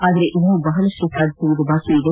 ಆದರೆ ಇನ್ನೂ ಬಹಳಷ್ಟು ಸಾಧಿಸುವುದು ಬಾಕಿ ಇದೆ